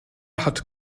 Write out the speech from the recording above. hat